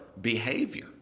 behavior